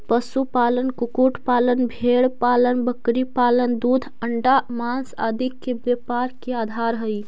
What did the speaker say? पशुपालन, कुक्कुट पालन, भेंड़पालन बकरीपालन दूध, अण्डा, माँस आदि के व्यापार के आधार हइ